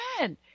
man